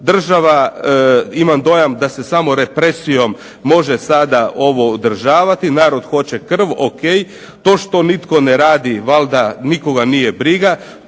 država imam dojam da se samo represijom može ovo održavati. Narod hoće krv. O.k. To što nitko ne radi, valjda nikoga nije briga.